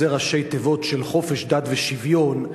שזה ראשי תיבות של חופש דת ושוויון,